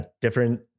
different